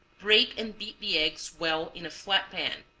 break and beat the eggs well in a flat pan,